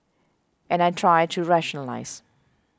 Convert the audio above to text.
and I try to rationalise